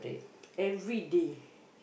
every day